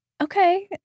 okay